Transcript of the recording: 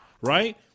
Right